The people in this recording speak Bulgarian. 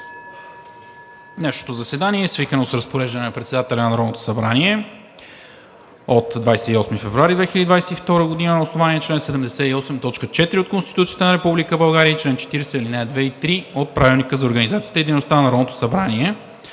Днешното заседание е свикано с Разпореждане на председателя на Народното събрание от 28 февруари 2022 г. на основание чл. 78, т. 4 от Конституцията на Република България и чл. 40, ал. 2 и ал. 3 от Правилника за